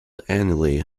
annually